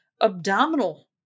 abdominal